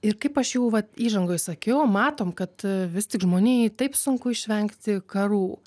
ir kaip aš jau vat įžangoj sakiau matom kad vis tik žmonijai taip sunku išvengti karų